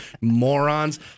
morons